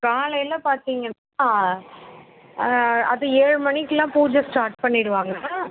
காலையில் பார்த்தீங்கன்னா அது ஏழு மணிக்குலாம் பூஜை ஸ்டார்ட் பண்ணிடுவாங்க